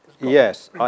yes